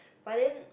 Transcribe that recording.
but then